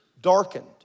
darkened